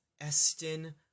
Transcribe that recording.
estin